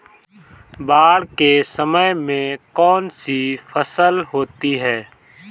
बाढ़ के समय में कौन सी फसल होती है?